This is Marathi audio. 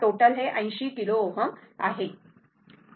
टोटल 80 किलो Ω आहे